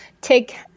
take